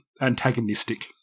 antagonistic